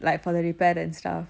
like for the repair and stuff